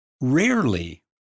rarely